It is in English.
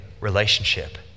relationship